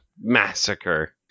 massacre